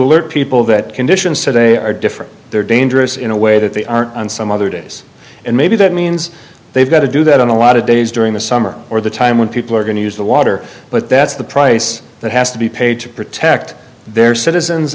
alert people that conditions today are different they're dangerous in a way that they aren't on some other days and maybe that means they've got to do that on a lot of days during the summer or the time when people are going to use the water but that's the price that has to be paid to protect their citizens